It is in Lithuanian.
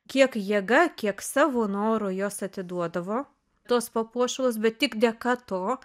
kiek jėga kiek savo noru jos atiduodavo tuos papuošalus bet tik dėka to